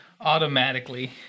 automatically